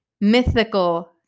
mythical